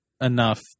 enough